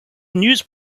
news